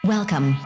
Welcome